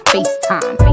FaceTime